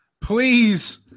Please